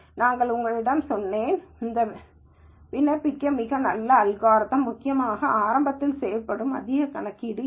நான் உங்களிடம் சொன்னேன் இது விண்ணப்பிக்க மிகவும் நல்ல அல்காரிதம் முக்கியமாக ஆரம்பத்தில் செய்யப்படும் அதிக கணக்கீடு இல்லை